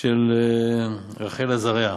של חברת הכנסת רחל עזריה.